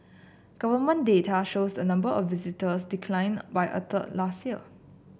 government data shows the number of visitors declined by a third last year